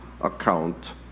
account